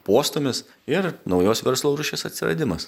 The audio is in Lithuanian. postūmis ir naujos verslo rūšies atsiradimas